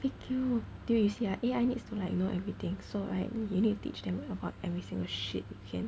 dude you see ah A_I needs to like you know everything so right you need to teach them about every single shit you can